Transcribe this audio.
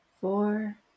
four